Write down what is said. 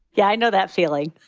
yeah, i know that feeling